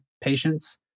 patients